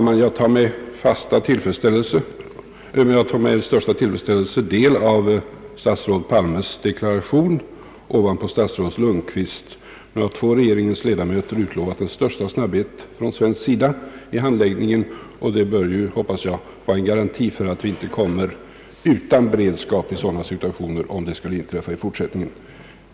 Herr talman! Jag tar med största tillfredsställelse del av statsrådet Palmes deklaration ovanpå det svar som statsrådet Lundkvist har lämnat. Nu har två av regeringens ledamöter utlovat den största snabbhet från svensk sida i handläggningen, och det bör, hoppas jag, vara en garanti för att vi inte oförberedda kommer i sådana här situationer om något liknande skulle inträffa i fortsättningen.